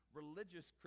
religious